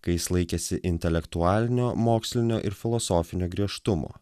kai jis laikėsi intelektualinio mokslinio ir filosofinio griežtumo